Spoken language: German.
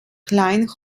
klein